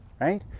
right